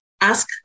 ask